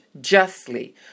justly